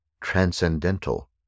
transcendental